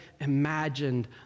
imagined